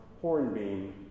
hornbeam